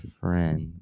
friend